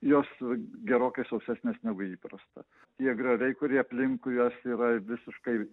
jos gerokai sausesnės negu įprasta tie grioviai kurie aplinkui jas yra visiškai